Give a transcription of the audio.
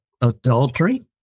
adultery